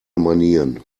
manieren